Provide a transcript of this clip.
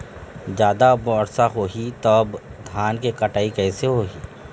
जादा वर्षा होही तब धान के कटाई कैसे होही?